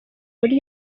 muri